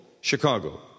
Chicago